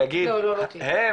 ויגיד שהם